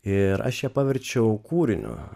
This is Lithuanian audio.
ir aš ją paverčiau kūriniu